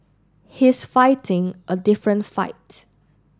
he's fighting a different fight